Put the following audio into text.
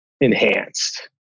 enhanced